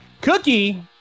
Cookie